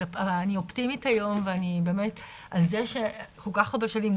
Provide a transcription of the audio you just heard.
אז היום אני אופטימית באמת על זה שכל כך הרבה שנים,